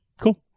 Cool